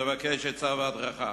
לבקש עצה והדרכה.